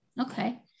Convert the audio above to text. Okay